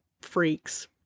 freaks